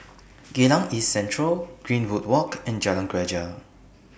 Geylang East Central Greenwood Walk and Jalan Greja